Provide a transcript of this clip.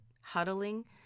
huddling